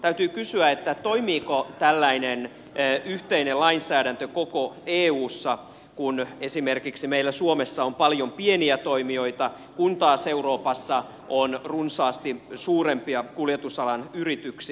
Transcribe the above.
täytyy kysyä toimiiko tällainen yhteinen lainsäädäntö koko eussa kun esimerkiksi meillä suomessa on paljon pieniä toimijoita kun taas euroopassa on runsaasti suurempia kuljetusalan yrityksiä